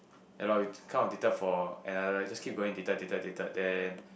ya lor we kind of dated for another just keep going dated dated dated then